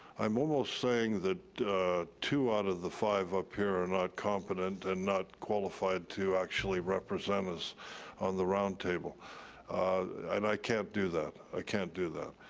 i'm almost saying that two out of the five up here are not competent and not qualified to actually represent us on the roundtable, and i can't do that. i can't do that.